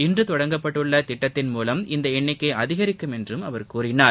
இன்று தொடங்கப்பட்டுள்ள திட்டத்தின் மூலம் இந்த எண்ணிக்கை அதிகரிக்கும் என்று அவர் கூறினார்